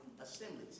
assemblies